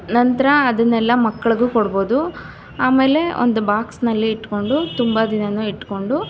ನಂತರ ಅದನ್ನೆಲ್ಲ ಮಕ್ಳಿಗೂ ಕೊಡ್ಬೋದು ಆಮೇಲೆ ಒಂದು ಬಾಕ್ಸ್ನಲ್ಲಿ ಇಟ್ಕೊಂಡು ತುಂಬ ದಿನನೂ ಇಟ್ಕೊಂಡು